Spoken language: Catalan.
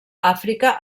àfrica